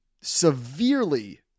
severely